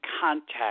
contact